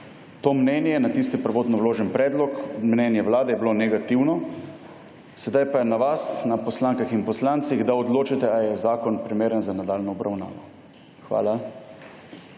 To mnenje na tisti prvotno vložen predlog, mnenje Vlade, je bilo negativno. Zdaj pa je na vas, poslankah in poslancih, da odločite, ali je zakon primeren za nadaljnjo obravnavo. Hvala.